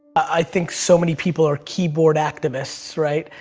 i think so many people are keyboard activists, right?